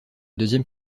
deuxième